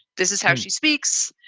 this is how she speaks.